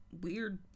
weird